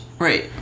Right